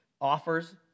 offers